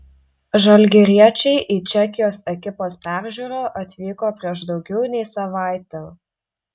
žalgiriečiai į čekijos ekipos peržiūrą atvyko prieš daugiau nei savaitę